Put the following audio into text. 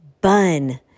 bun